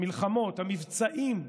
המלחמות, המבצעים,